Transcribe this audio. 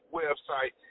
website